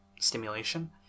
stimulation